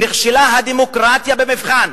נכשלה הדמוקרטיה במבחן,